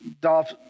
Dolph